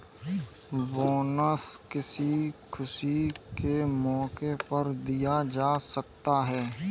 bonus किसी खुशी के मौके पर दिया जा सकता है